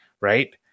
right